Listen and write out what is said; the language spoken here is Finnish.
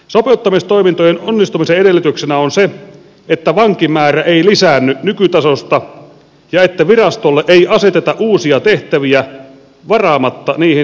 sopeuttamistoimintojen onnistumisen edellytyksenä on se että vankimäärä ei lisäänny nykytasosta ja että virastolle ei aseteta uusia tehtäviä varaamatta niihin resursseja